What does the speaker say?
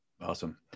Awesome